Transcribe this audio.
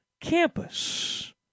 Campus